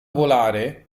volare